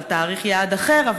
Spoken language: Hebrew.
אז על תאריך יעד אחר,